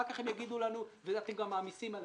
אחר כך הם יגידו לנו: אתם גם מעמיסים עלינו.